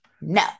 no